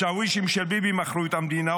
השאווישים של ביבי מכרו את המדינה,